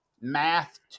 Math